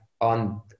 on